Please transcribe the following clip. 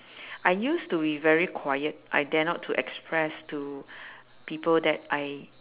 I used to be very quiet I dare not to express to people that I